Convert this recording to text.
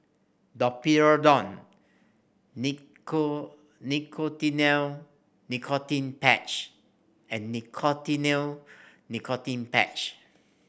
Domperidone Nicotinell Nicotine Patch and Nicotinell Nicotine Patch